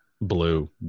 blue